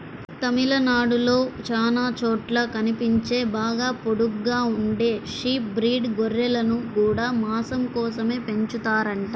తమిళనాడులో చానా చోట్ల కనిపించే బాగా పొడుగ్గా ఉండే షీప్ బ్రీడ్ గొర్రెలను గూడా మాసం కోసమే పెంచుతారంట